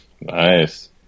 Nice